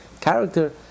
character